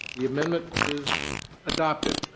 the amendment is adopted.